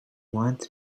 wanted